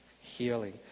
healing